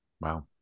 Wow